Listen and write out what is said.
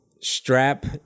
strap